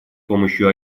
помощью